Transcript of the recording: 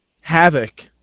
Havoc